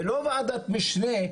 ולא וועדת משנה,